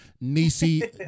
Nisi